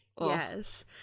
yes